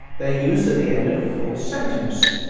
they're used at the end of a full sentence.